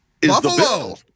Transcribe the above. Buffalo